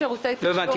לא הבנתי.